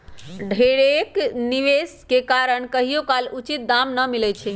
ढेरेक निवेश के कारण कहियोकाल उचित दाम न मिलइ छै